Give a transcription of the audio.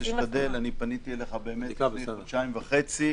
פניתי אליך לפני חודשיים וחצי,